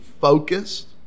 focused